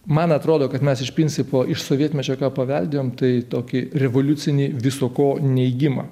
man atrodo kad mes iš principo iš sovietmečio ką paveldėjom tai tokį revoliucinį viso ko neigimą